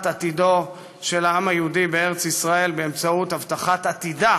עתידו של העם היהודי בארץ ישראל באמצעות הבטחת עתידה